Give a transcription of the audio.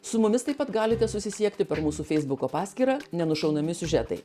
su mumis taip pat galite susisiekti per mūsų feisbuko paskyrą nenušaunami siužetai